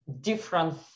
different